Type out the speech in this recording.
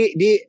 di